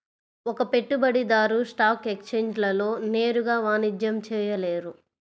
ఒక పెట్టుబడిదారు స్టాక్ ఎక్స్ఛేంజ్లలో నేరుగా వాణిజ్యం చేయలేరు